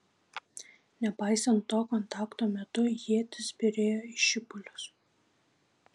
nepaisant to kontakto metu ietys byrėjo į šipulius